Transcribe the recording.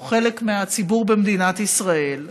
או חלק מהציבור במדינת ישראל.